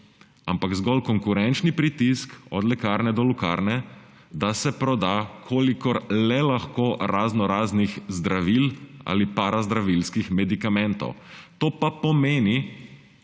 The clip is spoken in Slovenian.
ampak zgolj konkurenčni pritisk od lekarne do lekarne, da se proda kolikor le lahko raznoraznih zdravil ali parazdravilskih medikamentov. To pa pomeni,